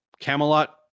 Camelot